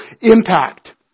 impact